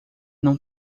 não